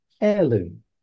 heirloom